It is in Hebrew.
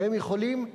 שהם יכולים לקרוא,